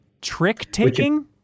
Trick-taking